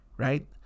Right